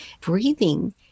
Breathing